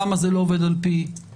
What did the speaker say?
למה זה לא עובד על פי החוק.